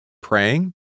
praying